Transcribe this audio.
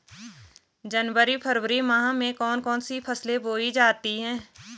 जनवरी फरवरी माह में कौन कौन सी फसलें बोई जाती हैं?